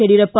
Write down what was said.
Yediyurappa